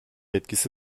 etkisi